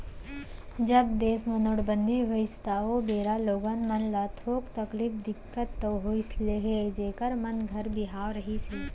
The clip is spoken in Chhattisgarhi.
जब देस म नोटबंदी होइस त ओ बेरा लोगन मन ल थोक तकलीफ, दिक्कत तो होइस हे जेखर मन घर बर बिहाव रहिस हे